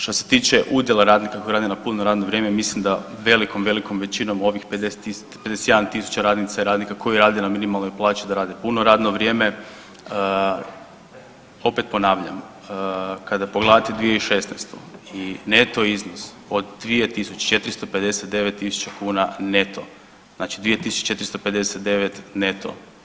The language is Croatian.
Što se tiče udjela radnika koji rade na puno radno vrijeme, mislim da velikom, velikom većinom ovih 51 000 tisuća radnica i radnika koji rade na minimalnoj plaći, da rade puno radno vrijeme, opet ponavljam, kada pogledate 2016. i neto iznos od 2459 tisuća kuna neto, znači 2459 neto.